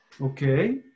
okay